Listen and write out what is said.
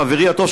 חברי הטוב,